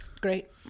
great